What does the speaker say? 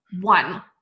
one